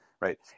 Right